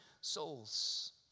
souls